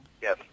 Yes